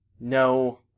No